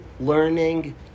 learning